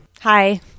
Hi